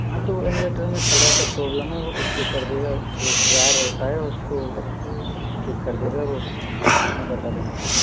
हाँ तो इनवर्टर में थोड़ा सा प्रॉब्लम है वो उसको कर देगा वह वायर होता है उसको ठीक कर देगा वह मैं बता दूंगा उसको